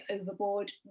overboard